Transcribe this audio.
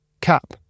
Cap